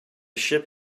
ship